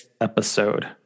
episode